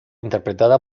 interpretada